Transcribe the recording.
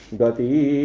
gati